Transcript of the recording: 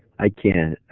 i can.